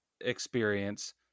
experience